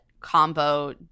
Combo